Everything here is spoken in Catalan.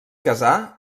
casà